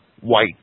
white